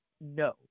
no